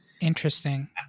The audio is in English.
Interesting